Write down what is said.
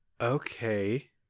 Okay